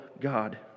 God